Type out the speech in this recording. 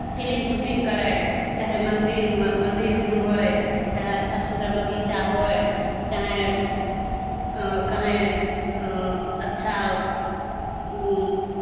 film shooting करय चाहे मन्दिरमे मन्दिर भिरुन होय चाहे अच्छा सुन्दर बगीचा होय चाहे कहएँ अच्छा